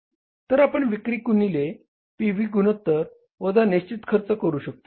तर आपण विक्री गुणिले पी व्ही गुणोत्तर वजा निश्चित खर्च करू शकतो